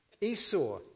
Esau